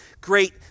great